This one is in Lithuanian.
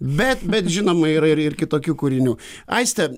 bet bet žinoma yra ir ir kitokių kūrinių aiste